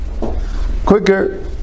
quicker